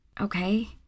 Okay